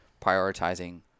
prioritizing